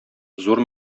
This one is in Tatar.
зур